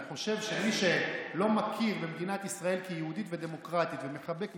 אני חושב שמי שלא מכיר במדינת ישראל כיהודית ודמוקרטית ומחבק מחבלים,